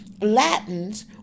Latins